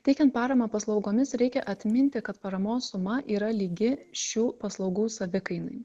teikiant paramą paslaugomis reikia atminti kad paramos suma yra lygi šių paslaugų savikainai